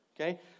okay